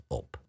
op